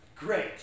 Great